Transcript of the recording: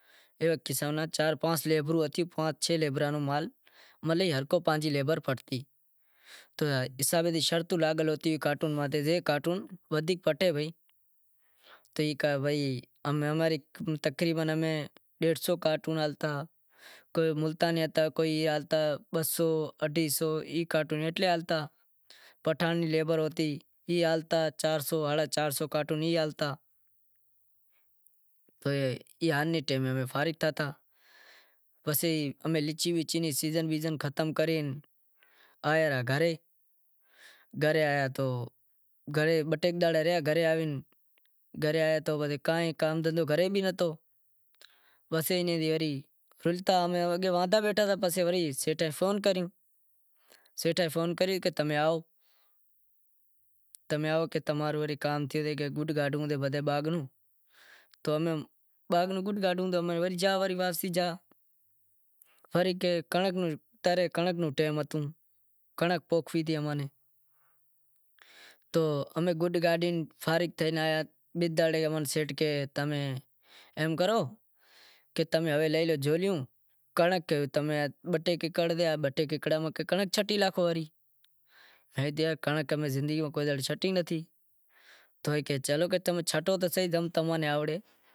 پانس چھ لیبروں رو امال ہتو، بھائی اماری تقریبن ڈیڈھ سو کارٹوں ہالتا، کوئی ملتانی بھی ہتا کوئی بئے سو اڈھائی سو کارٹون ہلتا، پٹھان ری لیبر ہتی ای ہلتا چار سو ساڈہا چار سو کارٹون ای ہلتا تو فارغ تھیتا، تو امیں لچھی بیچھی ری سیزن ختم کرے آئے رہا گھرے، گھرے آیا تو بہ ٹے دہاڑا رہیا گھرے کام دہندہو بھی نیں ہتو واندا بیٹھا ہوتا پسے سیٹھاں فون کریو کہ تمیں آئو کہ تمارو کام تھے گیو سے گوڈ کاڈھنڑی سے بدہے باغ نوں۔ باغ نوں گڈ کاڈھوں تو زایا وڑی واپسی وری اتا رے کنڑنک روں ٹیم ہتو، کنڑنک پوکھنووی ہتی ماں نیں تو گڈ کاڈھے فارغ تھے آیا بئے دہاڑے اماں نیں سیٹھ کہے امیں ایم کرو کہ تمیں لئے لو جھولی بہ ٹے ایکڑ میں تمیں کنڑنک چھٹی ناکھو وری، ہوے کنڑنک تو زندگی میں امیں شٹی نتھی تو کہے چلو تم چھٹو تو سہی۔